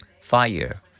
Fire